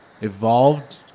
Evolved